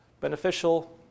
Beneficial